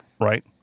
right